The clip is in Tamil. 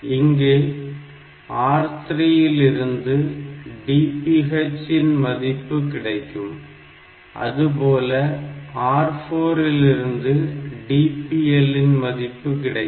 இங்கே R3 இலிருந்து DPH இன் மதிப்பு கிடைக்கும் அதுபோல R4 இலிருந்து DPL இன் மதிப்பு கிடைக்கும்